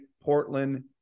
Portland